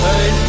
Hey